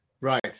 Right